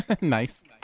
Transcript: Nice